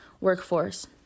workforce